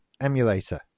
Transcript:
emulator